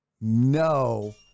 no